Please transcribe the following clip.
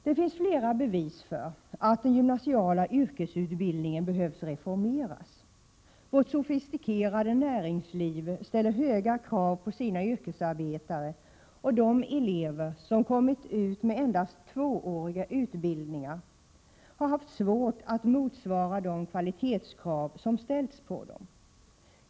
Det finns flera bevis för att den gymnasiala yrkesutbildningen behöver reformeras. Vårt sofistikerade näringsliv ställer höga krav på sina yrkesarbetare, och de elever som kommit ut med endast tvååriga utbildningar har haft svårt att motsvara de kvalitetskrav som ställts på dem.